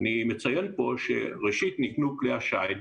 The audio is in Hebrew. אני מציין פה שראשית, נקנו כלי השיט,